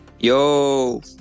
Yo